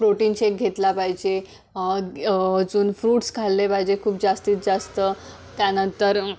protein shake घेतला पाहिजे अजून फ्रूट्स खाल्ले पाहिजे खूप जास्तीत जास्त त्यानंतर